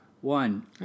one